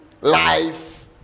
life